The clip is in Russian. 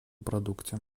продукте